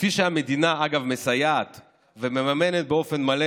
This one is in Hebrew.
שכפי שהמדינה מסייעת ומממנת באופן מלא